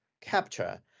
capture